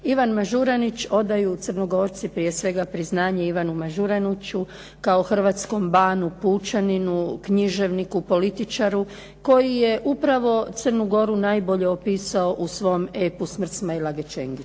Ivan Mažuranić odaju Crnogorci prije svega priznanje Ivanu Mažuraniću kao hrvatskom banu pučaninu, književniku, političaru koji je upravo Crnu Goru najbolje opisao u svom epu "Smrt Smail-age Čengića".